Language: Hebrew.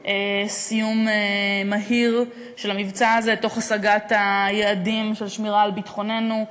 לסיום מהיר של המבצע הזה תוך השגת היעדים של שמירה על ביטחוננו,